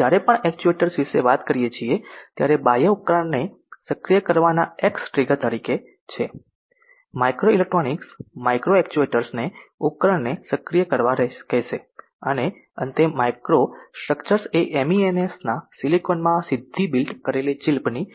જ્યારે આપણે એક્ચ્યુએટર્સ વિશે વાત કરીએ છીએ ત્યારે બાહ્ય ઉપકરણને સક્રિય કરવાના x ટ્રિગર તરીકે છે માઇક્રો ઇલેક્ટ્રોનિક્સ માઇક્રો એક્ચ્યુએટર્સ ને ઉપકરણને સક્રિય કરવા કહેશે અને અંતે માઇક્રો સ સ્ટ્રક્ચર્સ એ એમઇએમએસના સિલિકોનમાં સીધી બિલ્ટ કરેલી ચિપ ની